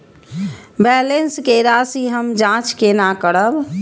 Balance के राशि हम जाँच केना करब?